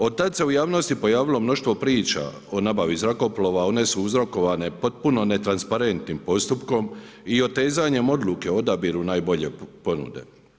Od tad se u javnosti pojavilo mnoštvo priča o nabavi zrakoplova, one su uzrokovane potpuno netransparentnim postupkom i otezanjem odluke o odabiru najbolje ponude.